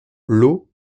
l’eau